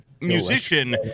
musician